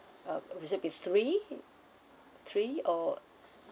uh is it be three three or